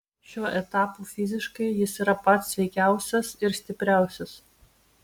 šiuo etapu fiziškai jis yra pats sveikiausias ir stipriausias